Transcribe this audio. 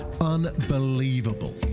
Unbelievable